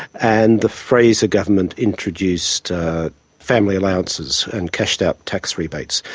and the fraser government introduced family allowances and cashed out tax rebates.